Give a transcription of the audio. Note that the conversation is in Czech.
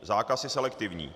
Zákaz je selektivní.